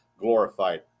glorified